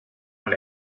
dans